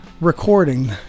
recording